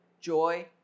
joy